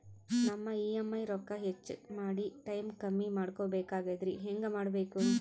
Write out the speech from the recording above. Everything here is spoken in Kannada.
ನಮ್ಮ ಇ.ಎಂ.ಐ ರೊಕ್ಕ ಹೆಚ್ಚ ಮಾಡಿ ಟೈಮ್ ಕಮ್ಮಿ ಮಾಡಿಕೊ ಬೆಕಾಗ್ಯದ್ರಿ ಹೆಂಗ ಮಾಡಬೇಕು?